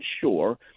sure –